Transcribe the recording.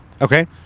Okay